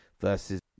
versus